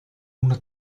una